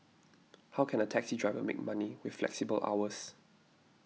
how can a taxi driver make money with flexible hours